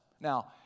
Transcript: Now